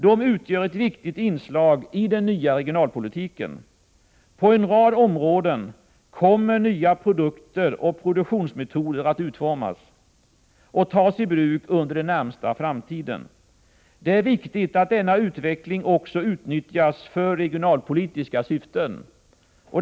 De utgör ett viktigt inslag i den nya regionalpolitiken. På en rad områden kommer nya produkter och produktionsmetoder att utformas och tas i bruk under den närmaste framtiden. Det är viktigt att denna utveckling också utnyttjas för regionalpolitiska syften.